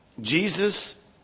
Jesus